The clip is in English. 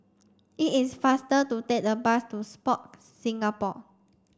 it is faster to take the bus to Sport Singapore